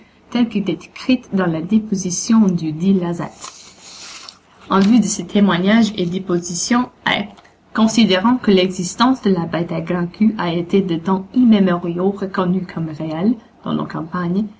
telle que décrite dans la déposition du dit lazette en vue de ces témoignages et dépositions et considérant que l'existence de la bête à grand queue a été de temps immémoriaux reconnue comme réelle dans nos campagnes